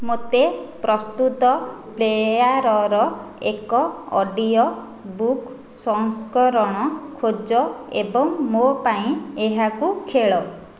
ମୋତେ ପ୍ରସ୍ତୁତ ପ୍ଳେୟାର୍ର ଏକ ଅଡ଼ିଓବୁକ୍ ସଂସ୍କରଣ ଖୋଜ ଏବଂ ମୋ ପାଇଁ ଏହାକୁ ଖେଳ